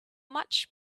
much